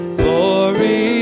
glory